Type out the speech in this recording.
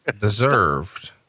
deserved